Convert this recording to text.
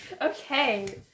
Okay